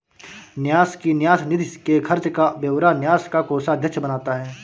न्यास की न्यास निधि के खर्च का ब्यौरा न्यास का कोषाध्यक्ष बनाता है